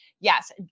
Yes